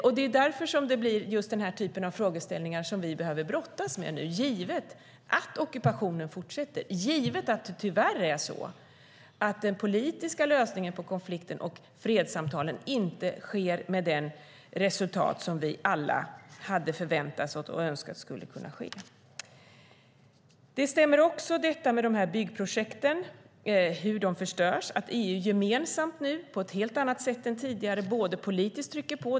Det är just därför vi måste brottas med den här typen av frågeställningar givet att ockupationen fortsätter, givet att det tyvärr är så att den politiska lösningen på konflikten och fredssamtalen inte sker med det resultat som vi alla hade förväntat och önskat oss skulle kunna ske. Det stämmer också att byggprojekten förstörs och att EU nu gemensamt och på ett helt annat sätt än tidigare trycker på politiskt.